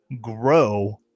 grow